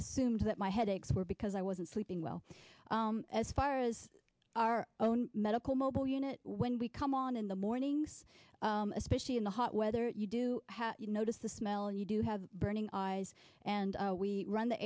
assumed that my headaches were because i wasn't sleeping well as far as our own medical mobile unit when we come on in the mornings especially in the hot weather you do you notice the smell and you do have burning eyes and we run the